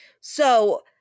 So-